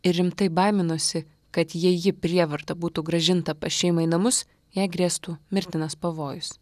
ir rimtai baiminosi kad jei ji prievarta būtų grąžinta pas šeimą į namus jai grėstų mirtinas pavojus